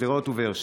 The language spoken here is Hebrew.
שדרות ובאר שבע.